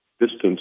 distance